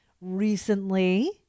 recently